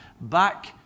back